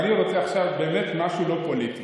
אני רוצה עכשיו באמת משהו לא פוליטי: